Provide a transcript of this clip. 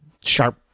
sharp